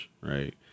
right